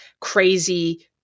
crazy